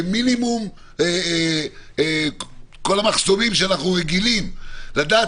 בלי כל המחסומים שאנחנו רגילים לדעת